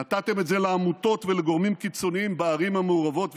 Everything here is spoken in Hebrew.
נתתם את זה לעמותות ולגורמים קיצוניים בערים המעורבות,